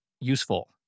useful